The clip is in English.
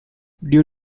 due